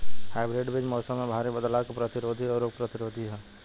hybrid बीज मौसम में भारी बदलाव के प्रतिरोधी और रोग प्रतिरोधी ह